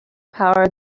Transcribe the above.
power